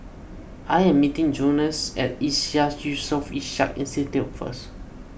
I am meeting Jones at Iseas Yusof Ishak Institute first